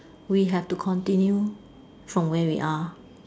we have to continue from where we are